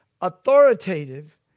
authoritative